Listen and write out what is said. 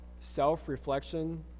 self-reflection